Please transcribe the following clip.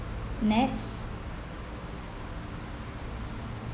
NETS